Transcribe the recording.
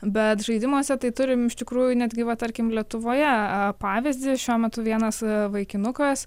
bet žaidimuose tai turim iš tikrųjų netgi va tarkim lietuvoje a pavyzdį šiuo metu vienas vaikinukas